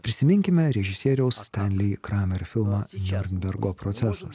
prisiminkime režisieriaus stanley kramer filmą niurnbergo procesas